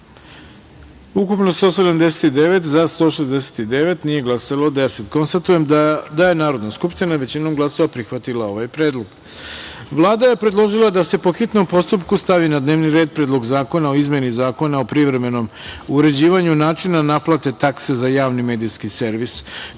- 10 narodnih poslanika. Konstatujem da je Narodna skupština većinom glasova prihvatila ovaj Predlog. Vlada je predložila da se, po hitnom postupku, stavi na dnevni red Predlog zakona o izmeni Zakona o privremenom uređivanju načina naplate takse za javni medijski servis,